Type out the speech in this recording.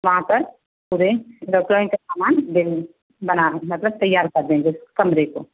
वहाँ पर सामान बना मतलब तैयार कर देंगे कमरे को